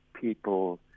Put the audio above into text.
people